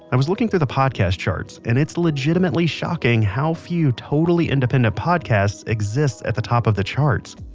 i was looking through the podcast charts and it's legitimately shocking how few totally independent podcasts exist at the top of the charts.